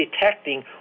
detecting